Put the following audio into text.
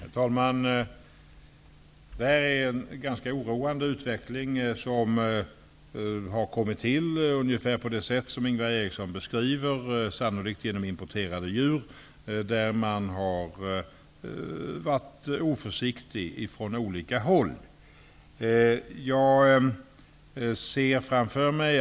Herr talman! Detta är en ganska oroande utveckling som har uppstått ungefär på det sätt som Ingvar Eriksson beskriver, dvs. sannolikt genom importerade djur och på grund av att man från olika håll har varit oförsiktig.